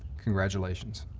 congratulations.